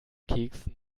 keksen